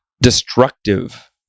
destructive